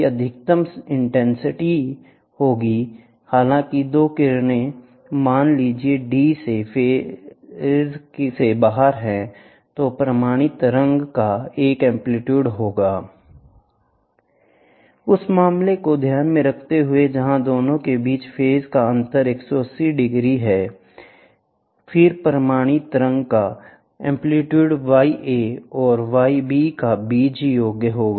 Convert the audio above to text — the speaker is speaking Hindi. यदि अधिकतम इंटेंसिटी होगी हालाँकि दो किरणें मान लीजिए d से फेज से बाहर हैं तो परिणामी तरंग का एक एंप्लीट्यूड होगा उस मामले को ध्यान में रखते हुए जहां दोनों के बीच फेज का अंतर 180 डिग्री है फिर परिणामी तरंग का एंप्लीट्यूड y a और y b का बीजीय योग है